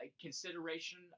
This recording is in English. consideration